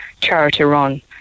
charity-run